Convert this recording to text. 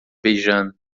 beijando